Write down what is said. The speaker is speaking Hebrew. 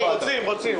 אנחנו רוצים.